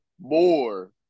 more